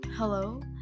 hello